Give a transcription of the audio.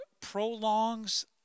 prolongs